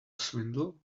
swindle